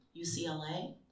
UCLA